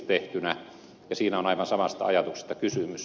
siinä on aivan samasta ajatuksesta kysymys